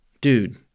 Dude